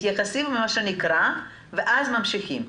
מתייחסים אל מה שקראנו ואז ממשיכים.